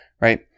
Right